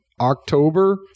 October